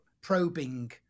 probing